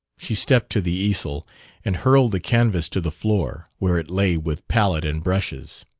she stepped to the easel and hurled the canvas to the floor, where it lay with palette and brushes.